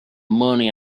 money